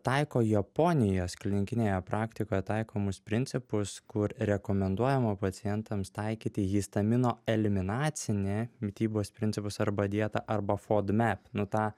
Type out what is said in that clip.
taiko japonijos klinikinėje praktikoje taikomus principus kur rekomenduojama pacientams taikyti histamino eliminacinį mitybos principus arba dietą arba fodmep nu tą